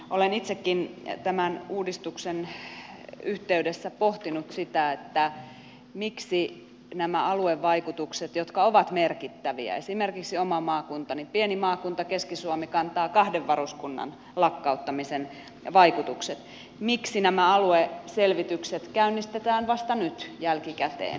olen itsekin tämän uudistuksen yhteydessä pohtinut sitä miksi näissä aluevaikutuksissa jotka ovat merkittäviä esimerkiksi oma maakuntani pieni maakunta keski suomi kantaa kahden varuskunnan lakkauttamisen vaikutukset miksi nämä alueselvitykset käynnistetään vasta nyt jälkikäteen